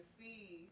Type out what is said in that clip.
see